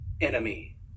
enemy